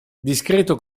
discreto